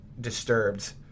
Disturbed